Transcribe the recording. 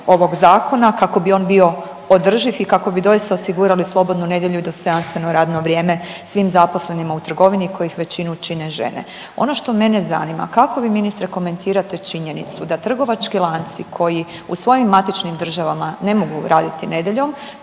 ovog zakona kako bi on bio održiv i kako bi doista osigurali slobodnu nedjelju i dostojanstveno radno vrijeme svim zaposlenima u trgovini kojih većinu čine žene. Ono što mene zanima, kako vi ministre komentirate činjenicu da trgovački lanci koji u svojim matičnim državama ne mogu raditi nedjeljom